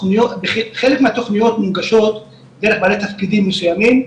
חלק מהתוכניות מונגשות דרך בעלי תפקידים מסוימים,